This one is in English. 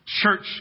church